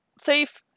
safe